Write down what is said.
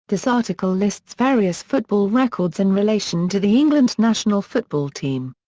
this article lists various football records in relation to the england national football team.